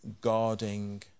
guarding